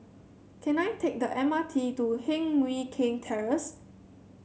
can I take the M R T to Heng Mui Keng Terrace